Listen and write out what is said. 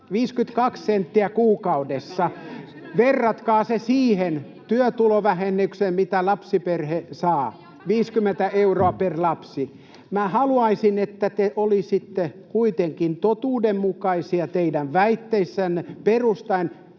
52 senttiä kuukaudessa. Verratkaa sitä siihen työtulovähennykseen, mitä lapsiperhe saa: 50 euroa per lapsi. Minä haluaisin, että te olisitte kuitenkin totuudenmukaisia teidän väitteissänne, perustaen